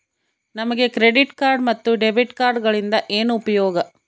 ನಮಗೆ credit card ಮತ್ತು debit ಕಾರ್ಡುಗಳಿಂದ ಏನು ಉಪಯೋಗ?